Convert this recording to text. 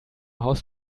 haus